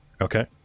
Okay